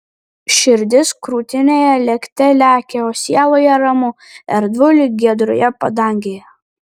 širdis krūtinėje lėkte lekia o sieloje ramu erdvu lyg giedroje padangėje